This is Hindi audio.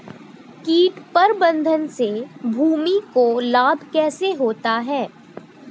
कीट प्रबंधन से भूमि को लाभ कैसे होता है?